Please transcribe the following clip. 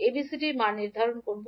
ABCD মান নির্ধারণ করব